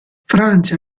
francia